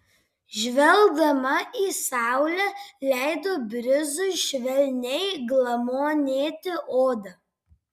žvelgdama į saulę leido brizui švelniai glamonėti odą